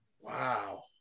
Wow